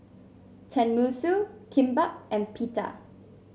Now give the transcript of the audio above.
Tenmusu Kimbap and Pita